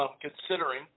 Considering